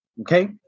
okay